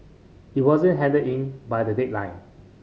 it wasn't handed in by the deadline